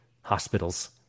hospitals